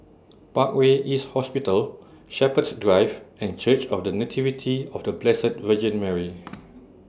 Parkway East Hospital Shepherds Drive and Church of The Nativity of The Blessed Virgin Mary